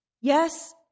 Yes